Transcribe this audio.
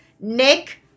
Nick